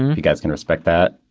you guys can respect that.